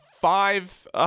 five